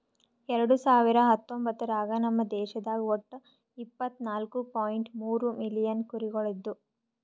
ಎರಡು ಸಾವಿರ ಹತ್ತೊಂಬತ್ತರಾಗ ನಮ್ ದೇಶದಾಗ್ ಒಟ್ಟ ಇಪ್ಪತ್ನಾಲು ಪಾಯಿಂಟ್ ಮೂರ್ ಮಿಲಿಯನ್ ಕುರಿಗೊಳ್ ಇದ್ದು